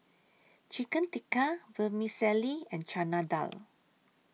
Chicken Tikka Vermicelli and Chana Dal